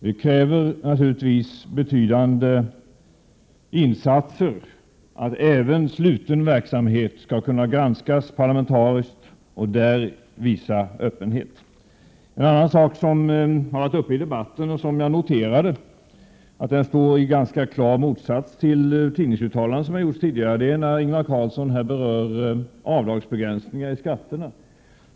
Det kräver naturligtvis betydande insatser att även sluten verksamhet skall kunna granskas parlamentariskt och visa öppenhet. En annan sak som har varit uppe i debatten och där jag noterade att vad som sagts i dag står i ganska klar motsats till tidningsuttalanden som har gjorts tidigare gäller avdragsbegränsningar i skatterna, som Ingvar Carlsson berörde.